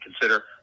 consider